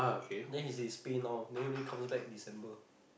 then is his pay now then he only comes back December